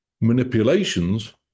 Manipulations